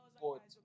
board